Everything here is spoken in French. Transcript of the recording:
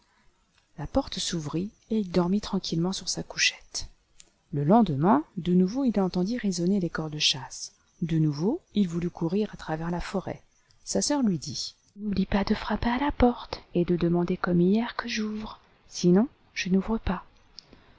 la porte s'ouvrit et il dormit tranquillement sur sa couchette le lendemain de nouveau il entendit résonner les cors de chasse de nouveau il voulut courir à travers la furùt sa sœur lui dit li pas de frapper à la porte et de demander comme hier que j'ouvre sinon je n'ouvre pas